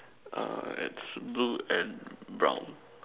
err it's blue and brown